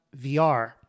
VR